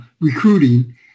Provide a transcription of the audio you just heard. recruiting